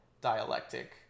dialectic